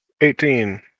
Eighteen